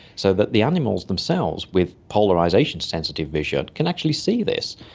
so that the animals themselves with polarisation-sensitive vision can actually see this.